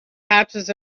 patches